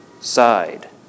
side